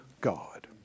God